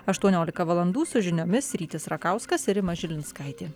aštuoniolika valandų su žiniomis rytis rakauskas ir rima žilinskaitė